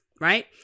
right